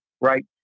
right